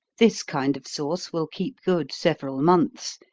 this kind of sauce will keep good several months.